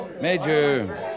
Major